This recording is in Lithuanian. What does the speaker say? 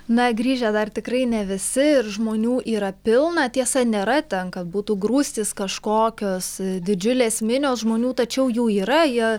na grįžę dar tikrai ne visi ir žmonių yra pilna tiesa nėra ten kad būtų grūstys kažkokios didžiulės minios žmonių tačiau jų yra jie